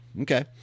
Okay